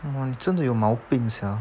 !wah! 你真的有毛病 sia